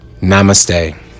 namaste